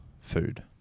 food